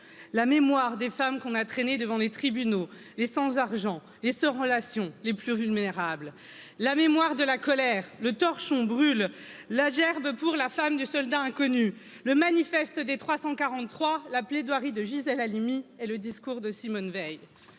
la mémoire des femmes qu'on a traînées devant les tribunaux les sans argent sans relation les pluss vulnérables la mémoire de la colère le torchon brûle la gerbe pour la femme du soldat inconnu le manifeste des trois cent quarante trois la plaidoirie de gie halimi et le discours de simone veil